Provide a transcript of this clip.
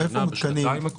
איפה המתקנים?